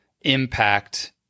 impact